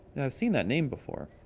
i've seen that name before.